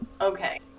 okay